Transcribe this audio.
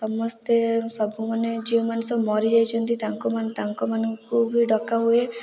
ସମସ୍ତେ ସବୁ ମାନେ ଯେଉଁ ମାନେ ସବୁ ମରିଯାଇଛନ୍ତି ତାଙ୍କୁ ମାନେ ତାଙ୍କ ମାନଙ୍କୁ ବି ଡକା ହୁଏ